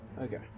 Okay